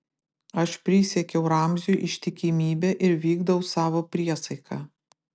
aš prisiekiau ramziui ištikimybę ir vykdau savo priesaiką